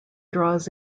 draws